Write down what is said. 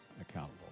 accountable